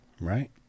right